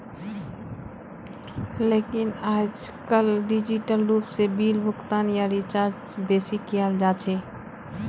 लेकिन आयेजकल डिजिटल रूप से बिल भुगतान या रीचार्जक बेसि कियाल जा छे